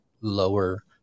lower